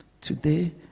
today